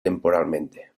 temporalmente